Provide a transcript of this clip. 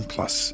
Plus